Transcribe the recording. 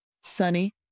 sunny